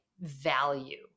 value